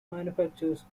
manufactures